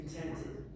contented